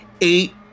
Eight